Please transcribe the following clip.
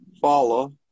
follow